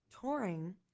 touring